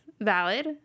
valid